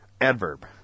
Adverb